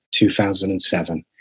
2007